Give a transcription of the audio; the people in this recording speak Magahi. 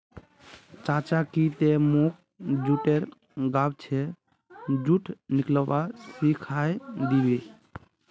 चाचा की ती मोक जुटेर गाछ स जुट निकलव्वा सिखइ दी बो